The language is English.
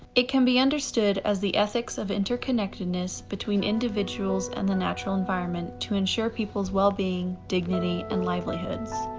it can be understood as the ethics of interconnectedness between individuals and the natural environment to ensure people's wellbeing, dignity, and livelihoods.